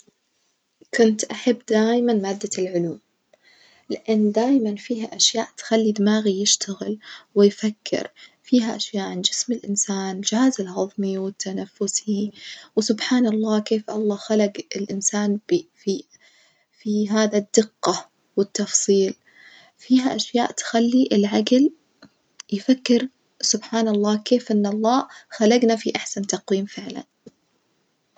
كنت أحب دايمًا مادة العلوم، لأن دايمًا فيها أشياء تخلي دماغي يشتغل ويفكر، فيها أشياء عن جسم الإنسان الجهاز الهظمي والتنفسي وسبحان الله كيف الله خلق الإنسان ب في في هذا الدقة والتفصيل، فيها أشياء تخلي العجل يفكر سبحان الله كيف أن الله خلجنا في أحسن تقويم فعلًا.